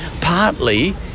partly